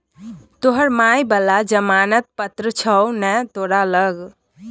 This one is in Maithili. तोहर माय बला जमानत पत्र छौ ने तोरा लग